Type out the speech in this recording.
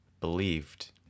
believed